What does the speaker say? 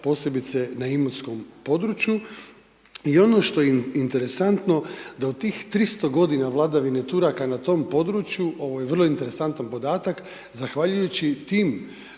posebice na Imotskom području, i ono što je interesantno da u tih 300 godina vladavine Turaka na tom području, ovo je vrlo interesantan podatak, zahvaljujući tim